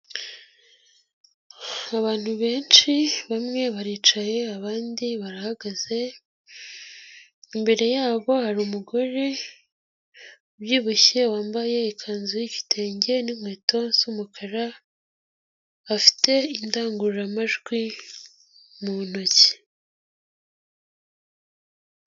Abantu benshi, bamwe baricaye abandi barahagaze. Imbere yabo hari umugore, ubyibushye wambaye ikanzu y'igitenge n'inkweto z'umukara, afite indangururamajwi, mu ntoki.